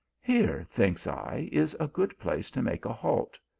here, thinks i, is a good place to make a halt.